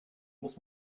muss